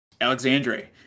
alexandre